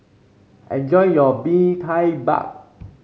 enjoy your Bee Tai Mak